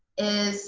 is